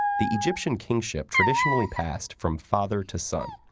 the egyptian kingship traditionally passed from father to son.